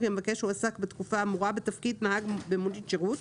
כי המבקש הועסק בתקופה האמורה בתפקיד נהג במונית שירות,